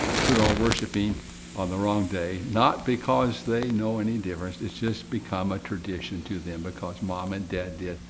who are worshiping on the wrong day, day, not because they know any difference, it's just become a tradition to them, because mom and dad did,